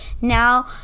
now